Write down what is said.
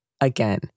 Again